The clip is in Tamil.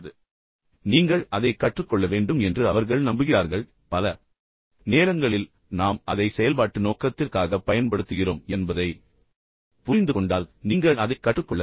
எனவே நீங்கள் அதைக் கற்றுக்கொள்ள வேண்டும் என்று அவர்கள் பொதுவாக நம்புகிறார்கள் பெரும்பாலான நேரங்களில் நாம் அதை செயல்பாட்டு நோக்கத்திற்காகப் பயன்படுத்துகிறோம் என்பதை நீங்கள் புரிந்து கொண்டால் நீங்கள் அதைக் கற்றுக்கொள்ளலாம்